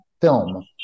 film